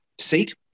seat